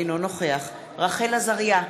אינו נוכח רחל עזריה,